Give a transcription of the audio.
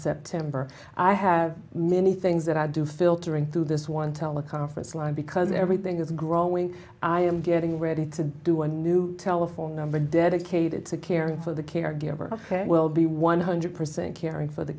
september i have many things that i do filtering through this one teleconference line because everything is growing i am getting ready to do a new telephone number dedicated to caring for the caregiver i will be one hundred percent caring for the